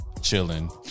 Chilling